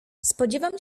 spodziewam